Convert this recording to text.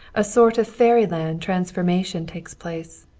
a sort of fairyland transformation takes place.